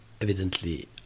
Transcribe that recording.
evidently